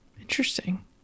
interesting